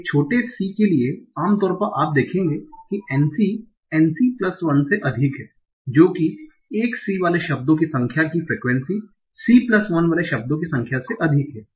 तो एक छोटे c के लिए आम तौर पर आप देखेंगे कि Nc Nc प्लस 1 से अधिक है जो कि एक c वाले शब्दों की संख्या की फ्रेक्वेंसी c प्लस 1 वाले शब्दों की संख्या से अधिक है